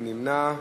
מי נמנע?